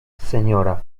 seniora